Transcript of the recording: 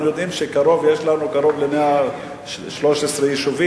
אנחנו יודעים שיש לנו קרוב ל-113 יישובים,